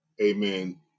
amen